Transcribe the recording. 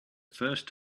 first